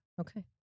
Okay